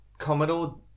Commodore